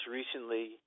recently